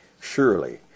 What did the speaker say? surely